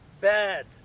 bad